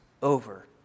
Over